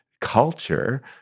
culture